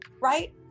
right